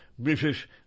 British